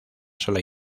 sola